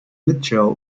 mitchell